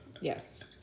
Yes